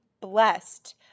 blessed